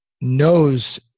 knows